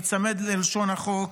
היצמד ללשון החוק,